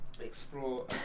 explore